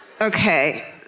Okay